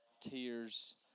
tears